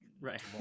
right